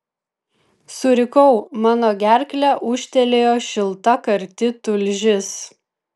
surikau mano gerkle ūžtelėjo šilta karti tulžis